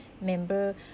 member